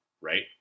Right